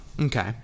Okay